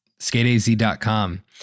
skateaz.com